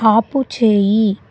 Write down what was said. ఆపుచెయ్యి